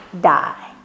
die